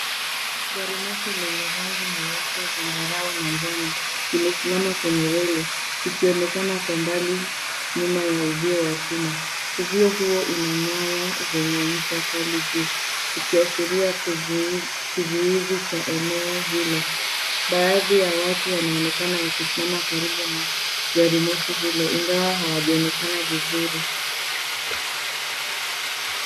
Garimoshi lenye rangi nyeupe, zambarau na njano limesimama kwenye reli, likionekana Kwa mbali nyuma ya uzio wa chuma. Uzio huo una nyaya zenye ncha Kali juu, ukiashiria kizuizi cha eneo hilo. Baadhi ya watu wanaonekana kusimama karibu na garimoshi hilo ingawa hawajaonekana vizuri.